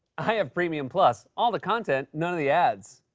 i have premium plus all the content, none of the ads.